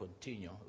continue